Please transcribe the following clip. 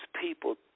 people